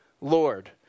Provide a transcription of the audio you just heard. Lord